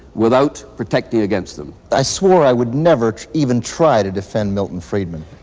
without protecting against them? i swore i would never even try to defend milton friedman.